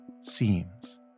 seems